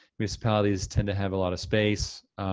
municipalities tend to have a lot of space,